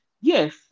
Yes